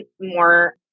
more